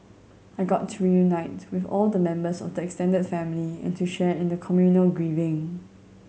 I got to reunite with all the members of the extended family and to share in the communal grieving